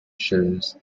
shows